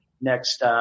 next